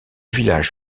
village